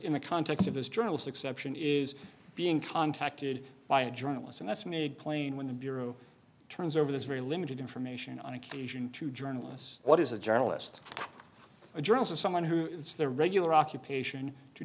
in the context of this journalist exception is being contacted by a journalist and that's made plain when the bureau turns over this very limited information on occasion to journalists what is a journalist a journalist someone who is their regular occupation